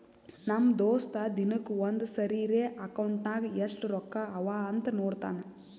ನಮ್ ದೋಸ್ತ ದಿನಕ್ಕ ಒಂದ್ ಸರಿರೇ ಅಕೌಂಟ್ನಾಗ್ ಎಸ್ಟ್ ರೊಕ್ಕಾ ಅವಾ ಅಂತ್ ನೋಡ್ತಾನ್